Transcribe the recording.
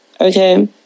okay